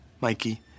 mikey